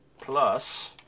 plus